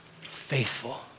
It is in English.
faithful